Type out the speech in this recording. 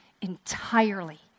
entirely